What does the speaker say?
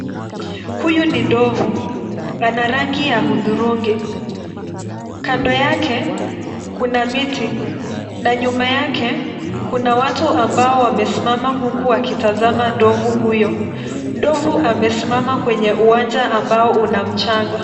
Huyu ni ndovu. Ana rangi ya hudhurungi. Kando yake kuna miti na nyuma yake kuna watu ambao wamesimama huku akitazama ndovu huyo. Ndovu amesimama kwenye uwanja ambao una mchanga.